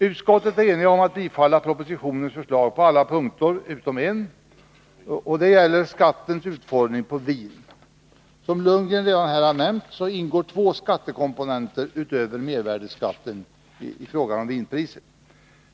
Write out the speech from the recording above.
Utskottet är enigt om att tillstyrka propositionens förslag på alla punkter utom en, och det gäller utformningen av skatten på vin. Som Bo Lundgren redan har nämnt här ingår två skattekomponenter utöver mervärdeskatten i fråga om vinpriset.